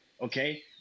okay